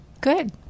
Good